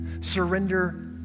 Surrender